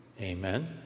amen